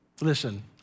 listen